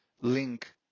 link